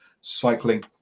cycling